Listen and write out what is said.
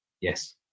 Yes